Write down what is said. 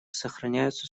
сохраняются